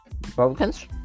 Republicans